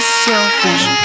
selfish